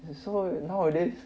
so nowadays